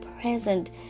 present